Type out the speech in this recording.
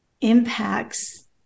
impacts